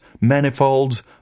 manifolds